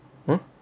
!huh!